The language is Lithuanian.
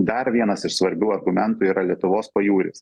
dar vienas iš svarbių argumentų yra lietuvos pajūris